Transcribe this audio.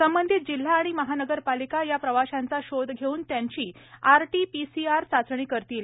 संबंधित जिल्हा आणि महानगरपालिका या प्रवाशांचा शोध घेऊन त्यांची R T P C R चाचणी करतील